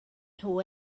nhw